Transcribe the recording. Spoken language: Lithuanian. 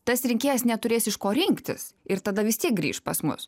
tas rinkėjas neturės iš ko rinktis ir tada vis tiek grįš pas mus